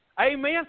amen